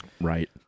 Right